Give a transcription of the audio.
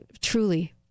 truly